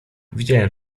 widziałem